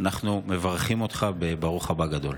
אנחנו מברכים אותך בברוך הבא גדול.